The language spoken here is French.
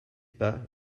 pas